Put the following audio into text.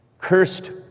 Cursed